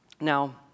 Now